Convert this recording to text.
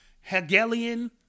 Hegelian